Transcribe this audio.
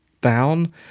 down